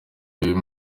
y’uyu